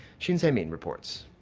shin se-min reports.